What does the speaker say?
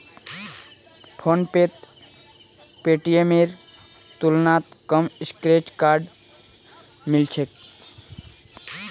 फोनपेत पेटीएमेर तुलनात कम स्क्रैच कार्ड मिल छेक